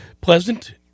pleasant